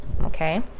okay